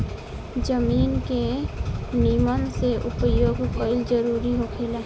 जमीन के निमन से उपयोग कईल जरूरी होखेला